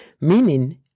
meaning